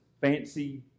fancy